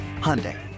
Hyundai